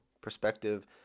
Perspective